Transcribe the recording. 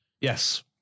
Yes